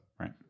right